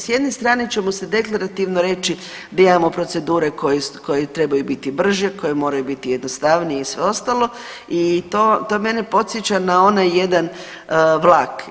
S jedne strane ćemo se deklarativno reći da imamo procedure koje, koje trebaju biti brže, koje moraju biti jednostavnije i sve ostalo i to, to mene podsjeća na onaj jedan vlak.